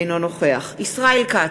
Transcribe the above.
אינו נוכח יעקב כץ,